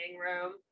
room